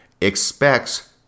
expects